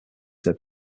their